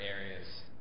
areas